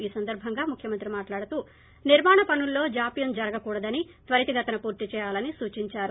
ఈ సందర్బంగా ముఖ్యమంత్రి మాట్లాడుతూ నిర్మాణ పనుల్లో జాప్యం జరగకూడదని త్వరితగతిన పూర్తి చేయాలని సూచిందారు